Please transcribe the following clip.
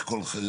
כל חיי